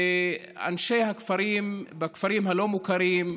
ואנשי הכפרים הלא-מוכרים,